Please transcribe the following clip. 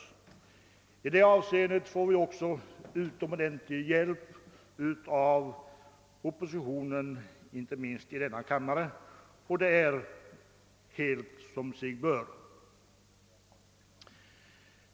I det avseendet får vi också utomordentlig hjälp av oppositionen, inte minst i denna kammare, och det är helt som sig bör.